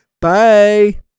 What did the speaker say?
Bye